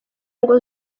ngo